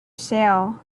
sale